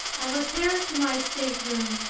i repaired to my stateroom.